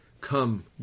come